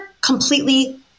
completely